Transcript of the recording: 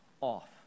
off